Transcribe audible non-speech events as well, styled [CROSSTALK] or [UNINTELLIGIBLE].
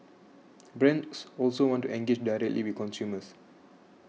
brands also want to engage directly [UNINTELLIGIBLE] consumers